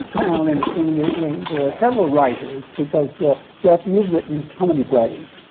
found interestingly. there are several writers. because, jeff. you've written how many plays?